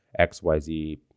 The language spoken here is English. XYZ